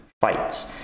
fights